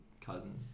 cousin